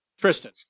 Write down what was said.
Tristan